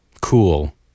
Cool